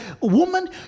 woman